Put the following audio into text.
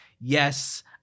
yes